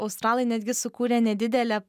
australai netgi sukūrė nedidelę